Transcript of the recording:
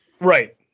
Right